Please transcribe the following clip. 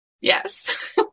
Yes